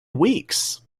weeks